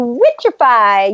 witchify